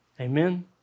Amen